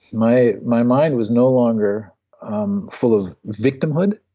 my my mind was no longer um full of victimhood.